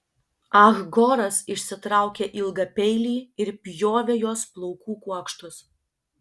ah goras išsitraukė ilgą peilį ir pjovė jos plaukų kuokštus